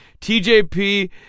TJP –